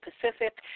Pacific